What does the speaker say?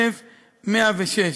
17,106,